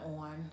on